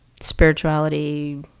spirituality